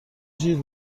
جیغ